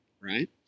right